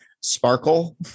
sparkle